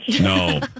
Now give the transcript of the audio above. No